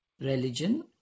religion